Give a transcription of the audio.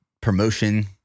promotion